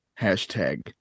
Hashtag